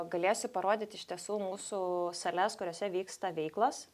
galėsiu parodyt iš tiesų mūsų sales kuriose vyksta veiklos